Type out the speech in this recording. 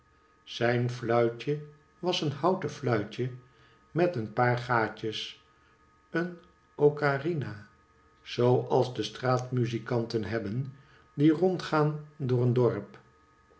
zijn fluitje was een houten fluitje met een paar gaatjes een ocarina zoo als de straatmuzikanten hebben die rondgaan door een dorp